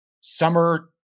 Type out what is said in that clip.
summer